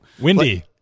Windy